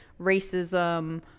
Racism